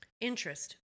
Interest